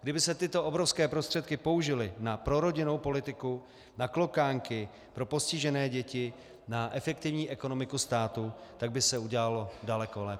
Kdyby se tyto obrovské prostředky použily na prorodinnou politiku, na klokánky, pro postižené děti, na efektivní ekonomiku státu, tak by se udělalo daleko lépe.